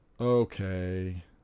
Okay